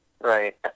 Right